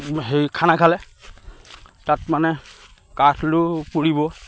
হেৰি খানা খালে তাত মানে কাঠ আলু পুৰিব